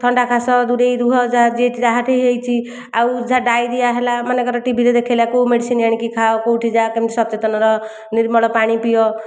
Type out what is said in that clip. ଥଣ୍ଡା କାଶ ଦୂରେଇ ରୁହ ଯାହାଠି ହୋଇଛି ଆଉ ଯାହା ଡାଇରିଆ ହେଲା ମନେକର ଟିଭିରେ ଦେଖେଇଲା କେଉଁ ମେଡ଼ିସିନ ଆଣିକି ଖାଅ କେଉଁଠି ଯାଅ କେମିତି ସଚେତନ ରହ ନିର୍ମଳ ପାଣି ପିଅ